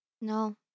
no